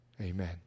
Amen